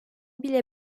bile